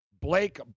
Blake